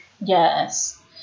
Yes